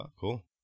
Cool